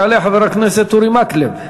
יעלה חבר הכנסת אורי מקלב.